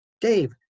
Dave